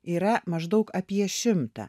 yra maždaug apie šimtą